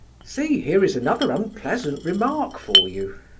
see, here is another unpleasant remark for you.